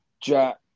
Jack